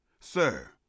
Sir